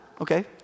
Okay